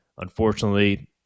Unfortunately